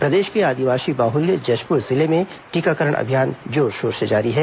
प्रदेश के आदिवासी बहल जशपुर जिले में टीकाकरण अभियान जोर शोर से जारी है